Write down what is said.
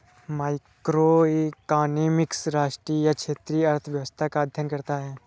macroeconomics राष्ट्रीय या क्षेत्रीय अर्थव्यवस्था का अध्ययन करता है